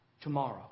Tomorrow